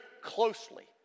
closely